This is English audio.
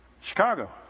Chicago